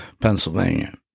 Pennsylvania